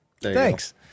thanks